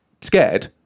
scared